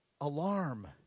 alarm